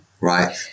right